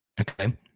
okay